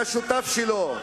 אתה שותף שלו.